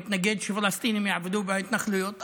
מתנגד שפלסטינים יעבדו בהתנחלויות,